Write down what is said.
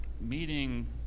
meeting